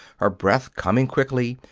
her breath coming quickly,